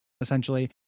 essentially